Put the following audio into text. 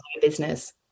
business